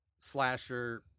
slasher